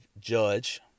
judge